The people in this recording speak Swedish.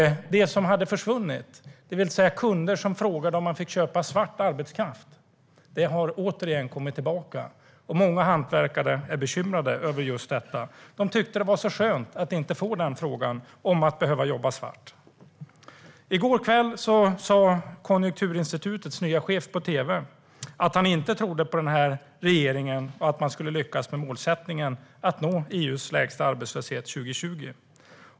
Det som hade försvunnit - kunder som frågade om de fick köpa svart arbetskraft - har återigen kommit tillbaka, och många hantverkare är bekymrade över just detta. De tyckte att det var så skönt att inte få frågan om att behöva jobba svart. I går kväll sa Konjunkturinstitutets nya chef på tv att han inte trodde på att den här regeringen skulle lyckas med målsättningen att nå EU:s lägsta arbetslöshet 2020.